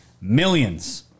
Millions